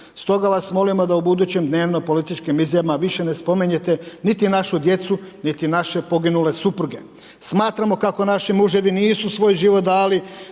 stoga vas molimo da u budućim dnevno političkim izjavama više ne spominjete niti našu djece niti naše poginule supruge. Smatramo kako naši muževi nisu svoj život dali